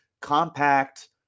Compact